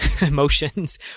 emotions